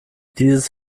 dieses